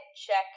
check